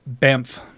bamf